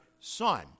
Son